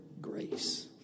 grace